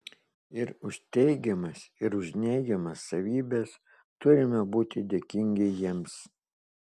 ir už teigiamas ir už neigiamas savybes turime būti dėkingi jiems